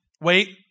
Wait